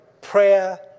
prayer